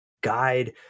guide